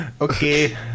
Okay